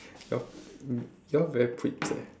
you're you're very pretty